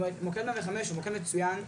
מוקד 105 הוא מוקד מצוין,